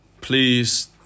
please